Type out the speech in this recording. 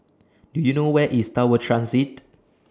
Do YOU know Where IS Tower Transit